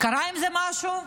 קרה עם זה משהו?